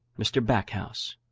mr. backhouse,